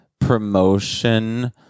promotion